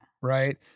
right